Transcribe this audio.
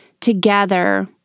together